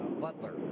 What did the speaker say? butler